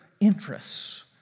interests